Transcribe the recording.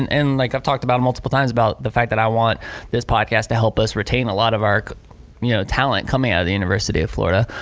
and and like i've talked about multiple times about the fact that i want this podcast to help us retain a lot of our you know talent coming out of the university of florida,